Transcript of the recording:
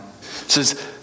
says